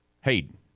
Hayden